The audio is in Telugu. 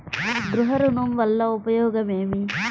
గృహ ఋణం వల్ల ఉపయోగం ఏమి?